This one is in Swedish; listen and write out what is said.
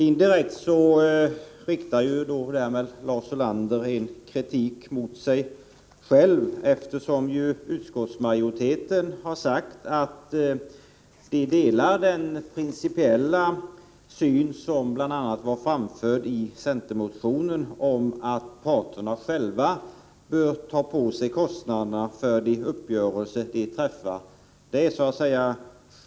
Indirekt riktar Lars Ulander därmed kritik mot sig själv, eftersom utskottsmajoriteten har sagt att den delar den principiella synen att parterna själva bör ta på sig kostnaderna för de uppgörelser som de träffar, en uppfattning som bl.a. framförts i centermotionen.